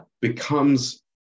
becomes